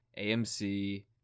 AMC